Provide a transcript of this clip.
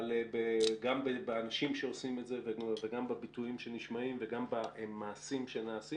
אבל גם באנשים שעושים את זה וגם בביטויים שנשמעים וגם במעשים שנעשים